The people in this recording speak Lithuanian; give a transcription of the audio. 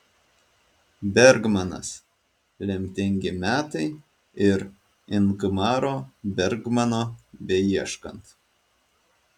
bergmanas lemtingi metai ir ingmaro bergmano beieškant